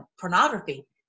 pornography